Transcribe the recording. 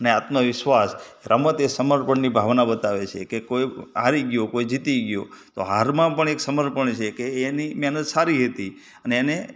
અને આત્મવિશ્વાસ રમત એ સમર્પણની ભાવના બતાવે છે કે કોઈ હારી ગયો કોઈ જીતી ગયો તો હારમાં પણ એક સમર્પણ છે કે એની મહેનત સારી હતી અને એને